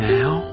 now